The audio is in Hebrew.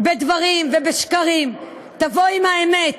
בדברים ובשקרים, תבוא עם האמת.